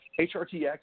HRTX